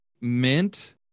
mint